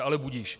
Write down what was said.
Ale budiž.